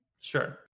Sure